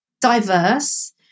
diverse